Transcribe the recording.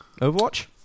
Overwatch